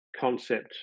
concept